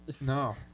no